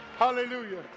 Hallelujah